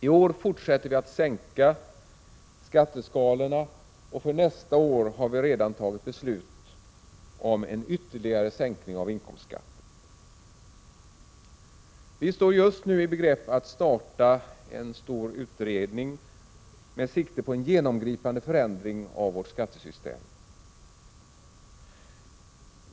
I år fortsätter vi med att sänka skatteskalorna och för nästa år har vi redan tagit beslut om ytterligare sänkning av inkomstskatten. Vi står just nu i begrepp att starta en stor utredning med sikte på en genomgripande förändring av vårt skattesystem.